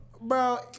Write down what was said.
bro